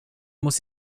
muss